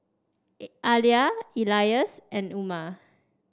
Alya Elyas and Umar